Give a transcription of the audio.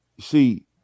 See